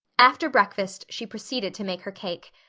after breakfast she proceeded to make her cake.